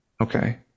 okay